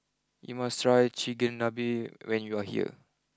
you must try Chigenabe when you are here